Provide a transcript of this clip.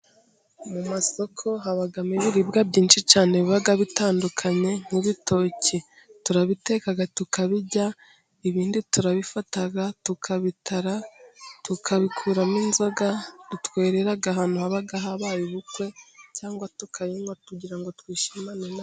Mu masoko habamo ibiribwa byinshi cyane biba bitandukanye nk'ibitoki turabiteka tukabirya, ibindi turabifata tukabitara tukabikuramo inzoga dutwerera ahantu haba habaye ubukwe, cyangwa tukayinywa kugira ngo twishimane na zo.